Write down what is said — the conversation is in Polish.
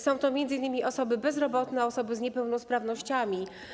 Są to m.in. osoby bezrobotne, osoby z niepełnosprawnościami.